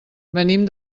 venim